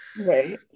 Right